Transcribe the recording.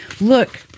Look